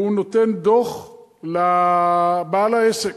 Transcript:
והוא נותן דוח לבעל העסק,